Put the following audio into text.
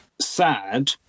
sad